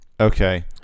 Okay